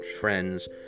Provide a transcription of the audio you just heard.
friends